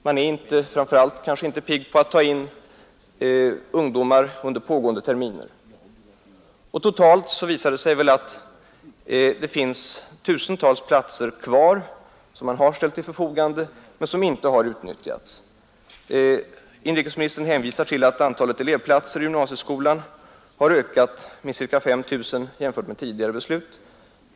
Man är heller kanske inte pigg på att ta in ungdomar under pågående terminer, och totalt visar det sig att det finns tusentals platser kvar som man har ställt till förfogande men som inte har utnyttjats. Inrikesministern hänvisar till att antalet elevplatser i gymnasieskolan har ökat med ca 5 000 jämfört med tidigare beslut.